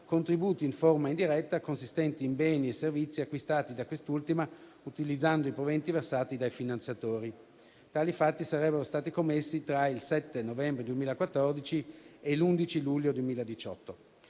contributi in forma indiretta consistenti in beni e servizi acquistati da quest'ultima utilizzando i proventi versati dai finanziatori. Tali fatti sarebbero stati commessi tra il 7 novembre 2014 e l'11 luglio 2018.